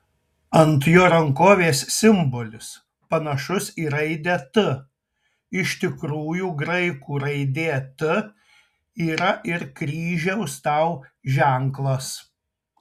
ant jo rankovės simbolis panašus į raidę t iš tikrųjų graikų raidė t yra ir kryžiaus tau ženklas